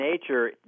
nature